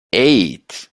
eight